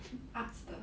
arts 的